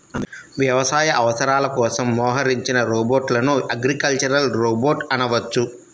వ్యవసాయ అవసరాల కోసం మోహరించిన రోబోట్లను అగ్రికల్చరల్ రోబోట్ అనవచ్చు